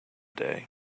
day